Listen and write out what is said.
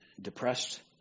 depressed